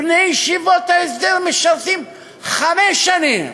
בני ישיבות ההסדר משרתים חמש שנים.